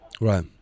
Right